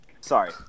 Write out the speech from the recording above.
sorry